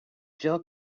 jill